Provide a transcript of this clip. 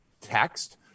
text